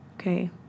Okay